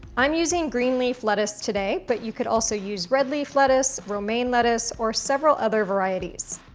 i'm using green leaf lettuce today, but you could also use red leaf lettuce, romaine lettuce or several other varieties.